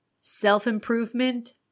self-improvement